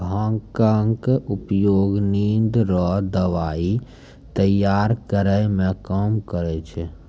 भांगक उपयोग निंद रो दबाइ तैयार करै मे काम करै छै